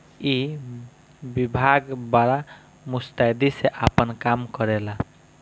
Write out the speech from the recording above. ई विभाग बड़ा मुस्तैदी से आपन काम करेला